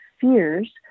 fears